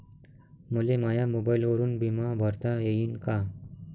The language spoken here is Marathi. मले माया मोबाईलवरून बिमा भरता येईन का?